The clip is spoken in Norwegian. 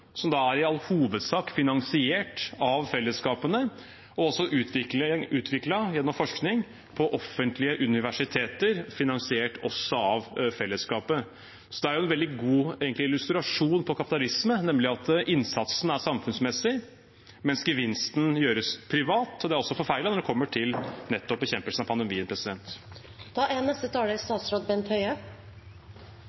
som i all hovedsak er finansiert av fellesskapene og utviklet gjennom forskning ved offentlige universiteter, også det finansiert av fellesskapet. Det er egentlig en veldig god illustrasjon på kapitalisme, nemlig at innsatsen er samfunnsmessig, mens gevinsten gjøres privat, og det er også forfeilet når det gjelder nettopp bekjempelsen av pandemien. Det er